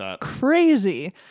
crazy